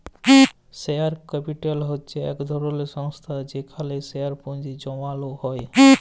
share capital হছে ইক ধরলের সংস্থা যেখালে শেয়ারে পুঁজি জ্যমালো হ্যয়